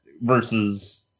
versus